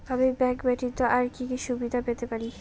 আমি ব্যাংক ব্যথিত আর কি কি সুবিধে পেতে পারি?